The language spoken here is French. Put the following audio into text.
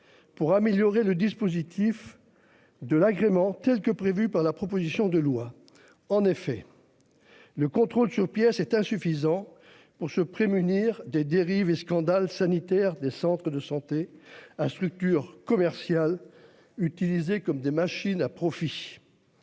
Pour améliorer le dispositif. De l'agrément telle que prévue par la proposition de loi en effet. Le contrôle sur pièces est insuffisant pour se prémunir des dérives et scandales sanitaires des centres de santé hein, structure commerciale utilisés comme des machines à profit.